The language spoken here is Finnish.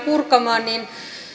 purkamaan niin